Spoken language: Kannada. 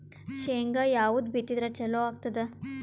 ಶೇಂಗಾ ಯಾವದ್ ಬಿತ್ತಿದರ ಚಲೋ ಆಗತದ?